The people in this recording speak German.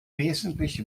wesentlich